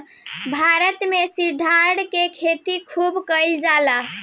भारत में सिंघाड़ा के खेती खूब कईल जाला